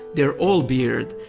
they're all beard,